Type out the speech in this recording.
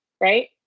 right